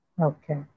Okay